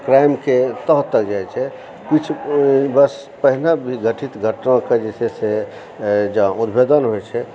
क्राइमके तह तक जाइ छै किछु वर्ष पहिने भी घटित घटनाकेंँ जे छै से जँ उद्भेदन होइ छै